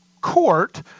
court